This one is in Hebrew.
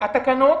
התקנות